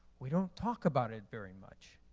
we don't talk about it very much.